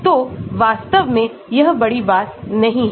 तो वास्तव में यह बड़ी बात नहीं है